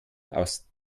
aus